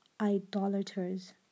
idolaters